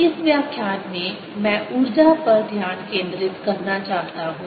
इस व्याख्यान में मैं ऊर्जा पर ध्यान केंद्रित करना चाहता हूं